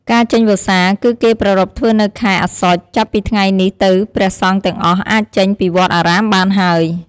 ការចេញវស្សា គឺគេប្រារព្ធធ្វើនៅខែ អស្សុច ចាប់ពីថ្ងៃនេះទៅព្រះសង្ឃទាំងអស់អាចចេញពីវត្តអារាមបានហើយ។